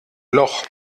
loch